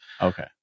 Okay